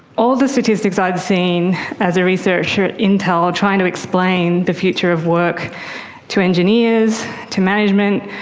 all the statistics i'd seen as a researcher at intel trying to explain the future of work to engineers, to management,